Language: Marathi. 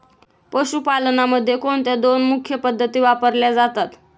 पशुपालनामध्ये कोणत्या दोन मुख्य पद्धती वापरल्या जातात?